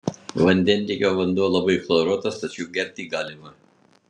vandentiekio vanduo labai chloruotas tačiau gerti galima